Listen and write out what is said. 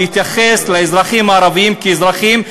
להתייחס לאזרחים הערבים כאל אזרחים,